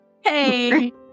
Hey